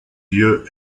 lieu